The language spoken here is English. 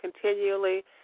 continually